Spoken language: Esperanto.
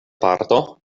parto